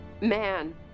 man